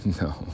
no